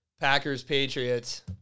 Packers-Patriots